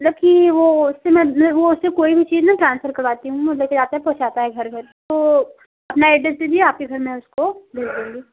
मतलब कि वो उससे मैं वो उससे कोई भी चीज़ न ट्रांसफर करवाती हूँ वो ले कर जाता है पहुंचाता है घर घर तो अपना एड्रेस दीजिए आपके घर मैं उसको भेज दूँगी